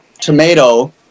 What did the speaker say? tomato